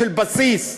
בבסיס,